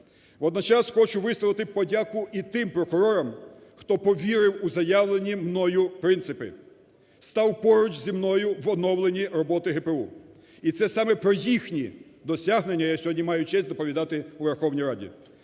Водночас хочу висловити подяку і тим прокурорам, хто повірив у заявлені мною принципи, став поруч зі мною в оновленні роботи ГПУ. І це саме про їхні досягнення я сьогодні маю честь доповідати у Верховній Раді.